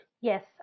Yes